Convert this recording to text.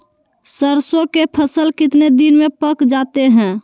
सरसों के फसल कितने दिन में पक जाते है?